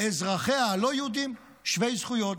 אזרחיה הלא-יהודים הם שווי זכויות.